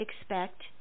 expect